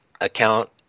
account